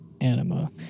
Anima